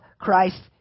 Christ